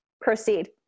proceed